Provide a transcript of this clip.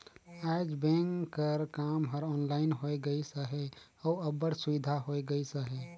आएज बेंक कर काम हर ऑनलाइन होए गइस अहे अउ अब्बड़ सुबिधा होए गइस अहे